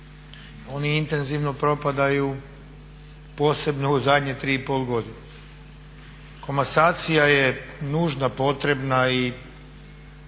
Oni intenzivno propadaju, posebno u zadnje 3,5 godine. Komasacija je nužno potrebna i